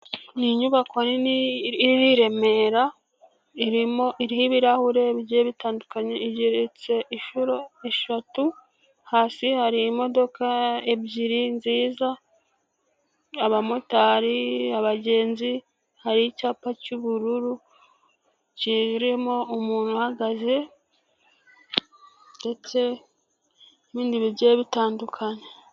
Ni inyubako nini iri i Remera iriho ibirahure bigiye bitandukanye, igereretse inshuro eshatu, hasi hari imodoka ebyiri nziza, abamotari, abagenzi, hari icyapa cy'ubururu kirimo umuntu uhagaze ndetse n'indi bigiye bitandukanye.